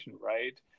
right